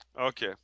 okay